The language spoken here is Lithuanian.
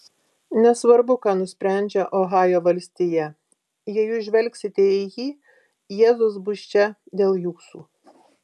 nesvarbu ką nusprendžia ohajo valstija jei jūs žvelgsite į jį jėzus bus čia dėl jūsų